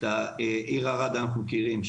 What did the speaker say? את העיר ערד אנחנו מכירים,